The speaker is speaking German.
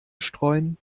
streuen